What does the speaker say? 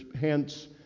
hence